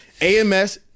AMS